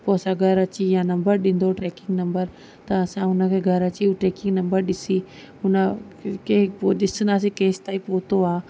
पोइ असां घरु अची या नम्बर ॾींदो ट्रेकिंग नम्बर त असां हुनखे घरु अची ट्रेकिंग नम्बर ॾिसी हुनखे पोइ ॾिसंदासीं केसीताईं पहुतो आहे